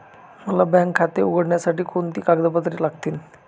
मला बँक खाते उघडण्यासाठी कोणती कागदपत्रे लागतील?